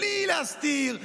בלי להסתיר,